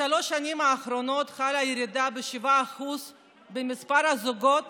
בשלוש השנים האחרונות חלה ירידה של 7% במספר הזוגות